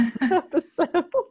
episode